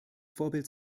vorbild